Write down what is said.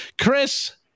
Chris